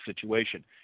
situation